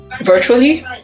virtually